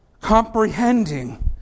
comprehending